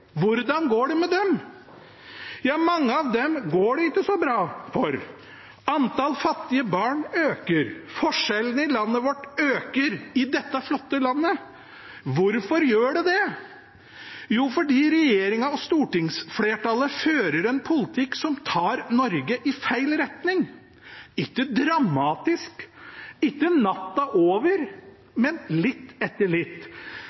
Hvordan går det med dem? Mange av dem går det ikke så bra for. Antall fattige barn øker, forskjellene i landet vårt øker – i dette flotte landet. Hvorfor gjør det det? Jo, fordi regjeringen og stortingsflertallet fører en politikk som tar Norge i feil retning – ikke dramatisk, ikke natta over, men litt